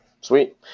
Sweet